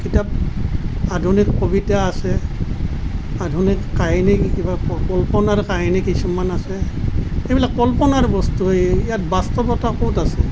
কিতাপ আধুনিক কবিতা আছে আধুনিক কল্পনাৰ কাহিনী কিছুমান আছে এইবিলাক কল্পনাৰ বস্তুহে ইয়াত বাস্তৱতা ক'ত আছে